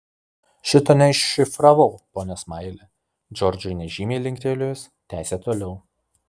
šito neiššifravau pone smaili džordžui nežymiai linktelėjus tęsė toliau